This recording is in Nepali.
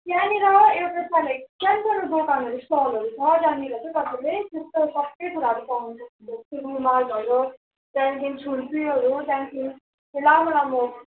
त्यहाँनिर एउटा छ लाइक सानसानो दोकानहरू स्टलहरू छ त्यहाँनिर चाहिँ तपाईँले त्यस्तो सबै कुराहरू पाउनुहुन्छ त्यो रुमाल भयो त्याँदेखि छुर्पीहरू त्यहाँदेखि लामो लामो